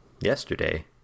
yesterday